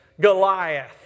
Goliath